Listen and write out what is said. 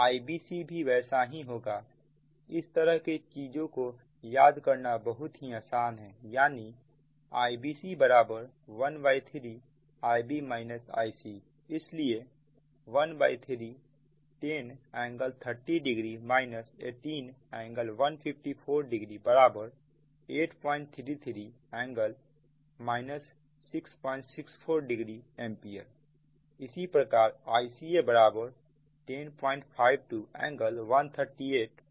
Ibc भी वैसा ही होगाइस तरह के चीजों को याद करना बहुत ही आसान है यानी Ibc 13Ib Ic इसलिए 13 10∟300 18∟1540 बराबर 833 ∟ 6640 एंपियर इसी प्रकार Ica बराबर 1052 ∟13860 एंपियर